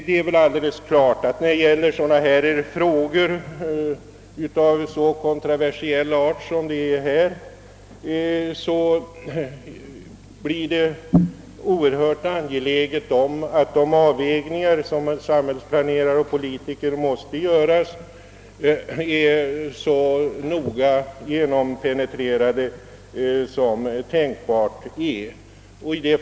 Det är emellertid alldeles klart att i frågor av så kontroversiell art som det här gäller är det oerhört angeläget att de avvägningar som måste göras av samhällsplanerare och politiker blir så noga penetrerade som möjligt.